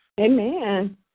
Amen